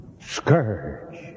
scourge